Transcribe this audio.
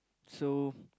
so